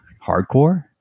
hardcore